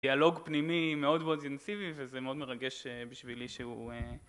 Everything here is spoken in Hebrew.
דיאלוג פנימי מאוד מאוד אינטסיבי וזה מאוד מרגש בשבילי שהוא